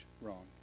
wrong